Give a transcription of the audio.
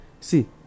See